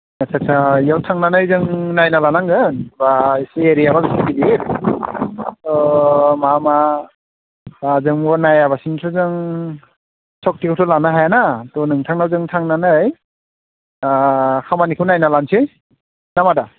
आस्सा आस्सा बेयाव थांनानै जों नायना लानांगोन बा एसे एरियाखौ बेसे गिदिर अ मा मा जोंबो नायालासिनो थ' जों सक्तिबोथ' लानो हायाना थ' नोंथांनाव जों थांनानै खामानिखौ नायना लानोसै ना मा आदा